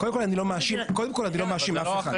קודם כל אני לא מאשים אף אחד.